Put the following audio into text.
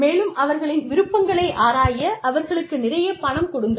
மேலும் அவர்களின் விருப்பங்களை ஆராய அவர்களுக்கு நிறையப் பணம் கொடுங்கள்